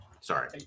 Sorry